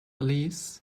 alice